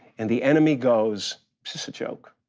and the enemy goes, is this a joke?